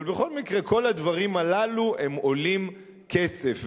אבל בכל מקרה, כל הדברים הללו עולים כסף.